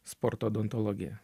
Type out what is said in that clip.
sporto odontologija